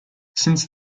since